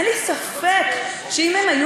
אין לי ספק שאם הם היו